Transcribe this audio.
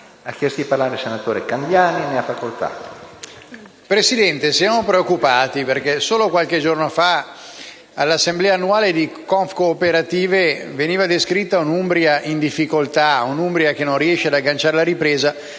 Presidente, siamo preoccupati perché solo qualche giorno fa all'assemblea annuale di Confcooperative veniva descritta un'Umbria in difficoltà, che non riesce ad agganciare la ripresa,